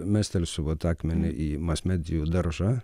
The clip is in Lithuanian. mestelsiu akmenį į mas medijų daržą